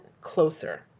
closer